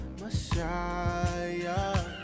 Messiah